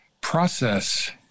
process